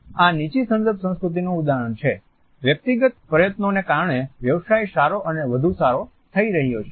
આ નીચી સંદર્ભ સંસ્કૃતિનું ઉદાહરણ છે વ્યક્તિગત પ્રયત્નોને કારણે વ્યવસાય સારો અને વધુ સારો થઈ રહ્યો છે